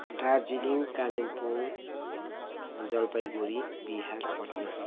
Darjeeling Kalimpong Jalpaiguri Bihar Patna